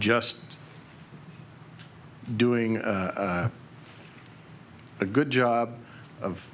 just doing a good job of